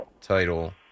title